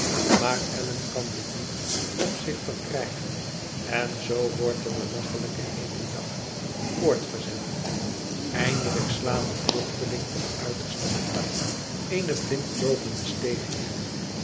maar allan kan dit niet op zich verkrijgen en zoo wordt de belachelijke heete jacht voortgezet eindelijk slaat de vluchteling ten uiterste benard eene blindloopende steeg in